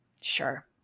Sure